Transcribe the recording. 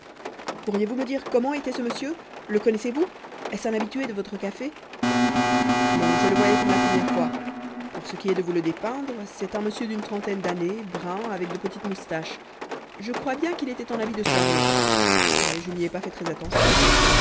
pourriez-vous me dire comment était ce monsieur le connaissez-vous est-ce un habitué de votre café non je le voyais pour la première fois pour ce qui est de vous le dépeindre c'est un monsieur d'une trentaine d'années brun avec de petites moustaches je crois bien qu'il était en habit de soirée mais je n'y ai pas fait très attention